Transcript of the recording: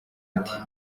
ati